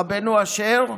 רבנו אשר,